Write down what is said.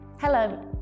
Hello